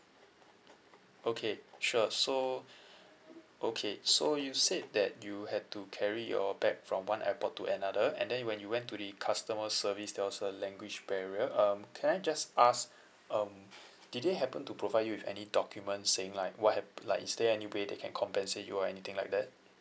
okay sure so okay so you said that you had to carry your bag from one airport to another and then when you went to the customer service there was a language barrier um can I just ask um did they happen to provide you with any documents saying like what happ~ like is there any way they can compensate you or anything like that